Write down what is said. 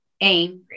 angry